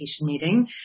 meeting